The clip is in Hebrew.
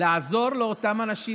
לעזור לאותם אנשים,